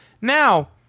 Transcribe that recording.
Now